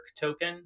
token